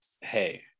hey